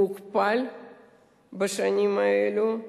הוא הוכפל בשנים האלה,